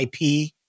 IP